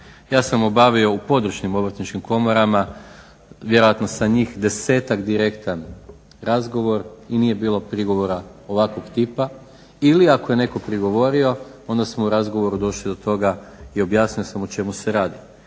Ja sam obavio u područnim obrtničkim komorama vjerojatno sa njih desetak direktan razgovor i nije bilo prigovora ovakvog tipa ili ako je netko prigovorio onda smo u razgovoru došli do toga i objasnio sam o čemu se radi.